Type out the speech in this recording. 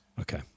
Okay